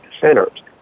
centers